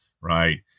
right